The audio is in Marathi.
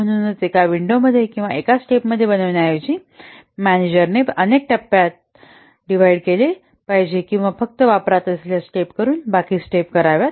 म्हणूनच एका विंडोमध्ये किंवा एका स्टेप मध्ये बनवण्याऐवजी मॅनेजरांनी अनेक टप्प्यात केले पाहिजे किंवा फक्त वापरात असलेल्या स्टेप वरून बाकी स्टेप कराव्यात